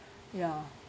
ya